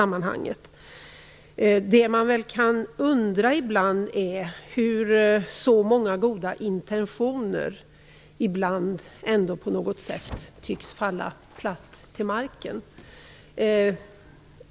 Det man ibland kan undra över är hur så många goda intentioner ändå på något sätt tycks falla platt till marken.